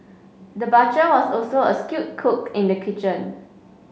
the butcher was also a skilled cook in the kitchen